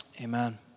amen